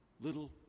little